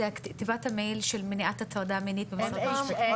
זו תיבת המייל של מניעת הטרדה מינית במשרד המשפטים.